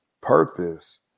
purpose